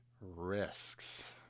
risks